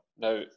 Now